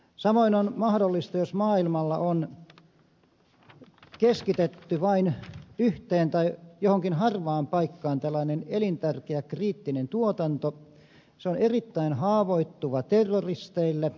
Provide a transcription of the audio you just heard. samoin on mahdollista jos maailmalla on keskitetty vain yhteen tai johonkin harvaan paikkaan tällainen elintärkeä kriittinen tuotanto että se on erittäin haavoittuva terroristeille